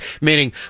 meaning